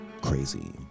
crazy